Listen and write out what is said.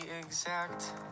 exact